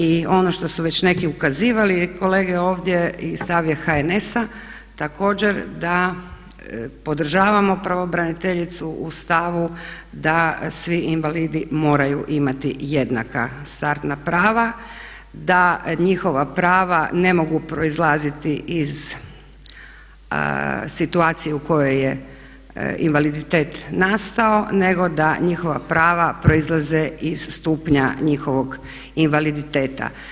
I on što su već neki ukazivali kolege ovdje i stav je HNS-a, također da podržavamo pravobraniteljicu u stavu da svi invalidi moraju imati jednaka startna prava, da njihova prava ne mogu proizlaziti iz situacije u kojoj je invaliditet nastao nego da njihova prava proizlaze iz stupnja njihovog invaliditeta.